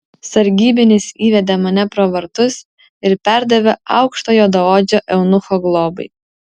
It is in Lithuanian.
sargybinis įvedė mane pro vartus ir perdavė aukšto juodaodžio eunucho globai